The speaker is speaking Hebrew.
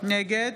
נגד